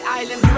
island